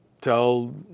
tell